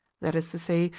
that is to say,